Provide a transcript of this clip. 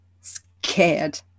scared